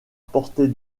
portée